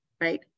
right